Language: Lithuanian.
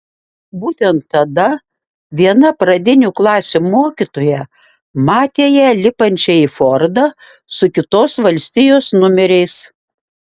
būtent tada viena pradinių klasių mokytoja matė ją lipančią į fordą su kitos valstijos numeriais